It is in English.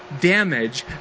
damage